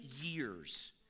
years